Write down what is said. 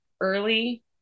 early